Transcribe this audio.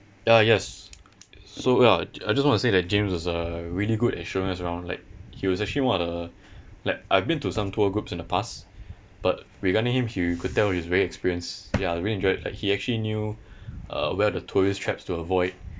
uh yes so ya I just want to say that james was uh really good in showing us around like he was actually one of the like I've been to some tour groups in the past but regarding him he you could tell he was very experienced ya we really enjoyed like he actually knew uh where are the tourist traps to avoid